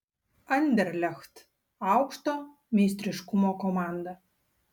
anderlecht aukšto meistriškumo komanda